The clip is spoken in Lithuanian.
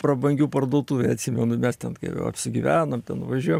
prabangių parduotuvė atsimenu mes ten apsigyvenom ten važiuojam